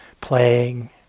playing